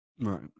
right